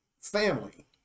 family